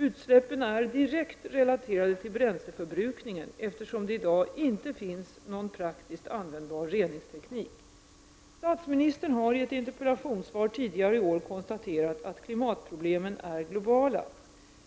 Utsläppen är direkt relaterade till bränsleförbrukningen, eftersom det i dag inte finns någon praktiskt användbar reningsteknik. Statsministern har i ett interpellationssvar tidigare i år konstaterat att klimatproblemen är globala.